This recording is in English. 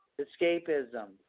escapism